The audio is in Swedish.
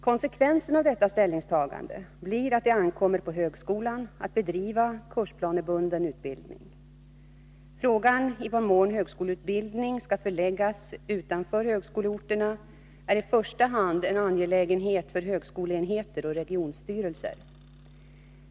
Konsekvensen av detta ställningstagande blir att det ankommer på högskolan att bedriva kursplanebunden utbildning. Frågan i vad mån högskoleutbildning skall förläggas utanför högskoleorterna är i första hand en angelägenhet för högskoleenheter och regionstyrelser.